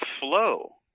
flow